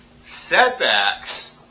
setbacks